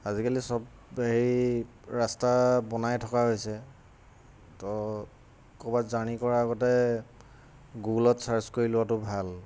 আজিকালি চব হেৰি ৰাস্তা বনাই থকা হৈছে তো ক'ৰবাত জাৰ্ণি কৰাৰ আগতে গুগলত ছাৰ্জ কৰি লোৱাটো ভাল